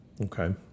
Okay